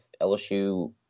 LSU